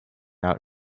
out